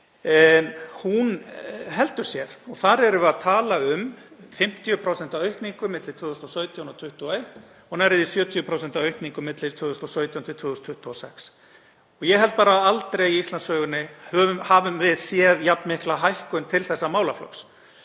— heldur sér. Þar erum við að tala um 50% aukningu milli 2017 og 2021 og nærri 70% aukningu milli 2017 og 2026. Ég held að við höfum bara aldrei í Íslandssögunni séð jafn mikla hækkun til þessa málaflokks